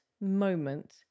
moment